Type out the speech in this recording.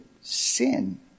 sin